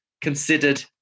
considered